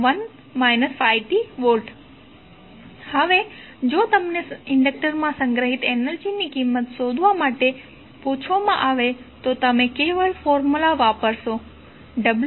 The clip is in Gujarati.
1ddt10te 5te 5tt 5e 5t e 5tV હવે જો તમને ઇન્ડક્ટરમાં સંગ્રહિત એનર્જી ની કિંમત શોધવા માટે પૂછવામાં આવે તો તમે કેવળ ફોર્મ્યુલા વાપરો w12Li2120